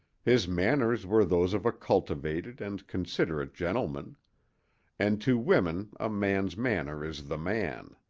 his manners were those of a cultivated and considerate gentleman and to women a man's manner is the man.